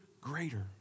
greater